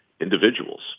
individuals